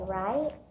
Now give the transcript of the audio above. right